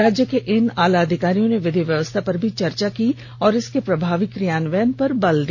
राज्य के इन आलाधिकारियों ने विधि व्यवस्था पर भी चर्चा की और इसके प्रभावी कियान्वयन पर बल दिया